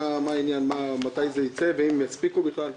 האם יספיקו בכלל?